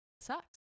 sucks